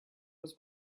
was